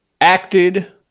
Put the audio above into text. acted